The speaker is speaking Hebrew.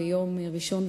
ביום ראשון,